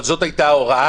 זאת הייתה הוראה,